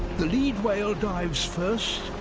the lead whale dives first.